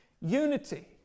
unity